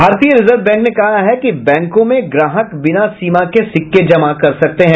भारतीय reserve bank ने कहा है कि बैंकों में ग्राहक बिना सीमा के सिक्के जमा कर सकते हैं